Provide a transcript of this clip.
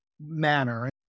manner